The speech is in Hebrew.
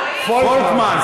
פולקמן.